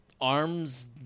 arms